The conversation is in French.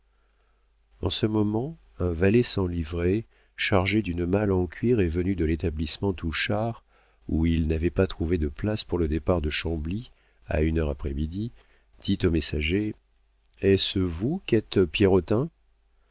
en ce moment un valet sans livrée chargé d'une malle de cuir et venu de l'établissement touchard où il n'avait pas trouvé de place pour le départ de chambly à une heure après midi dit au messager est-ce vous